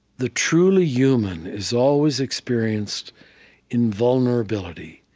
the truly human is always experienced in vulnerability,